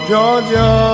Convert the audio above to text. Georgia